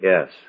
Yes